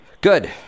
good